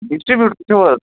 distributor چھُو حظ